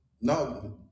no